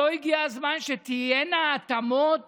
לא הגיע הזמן שתהיינה התאמות